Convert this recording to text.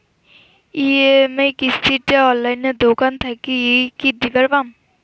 EMI কিস্তি টা অনলাইনে দোকান থাকি কি দিবার পাম?